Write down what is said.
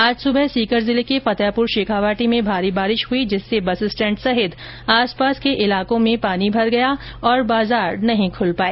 आज सुबह सीकर जिले के फतेहपुर शेखावाटी में भारी बारिश हुई जिससे बस स्टैण्ड सहित आसपास के इलाको में पानी भर गया और बाजार नहीं खुल पाए